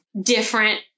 different